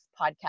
podcast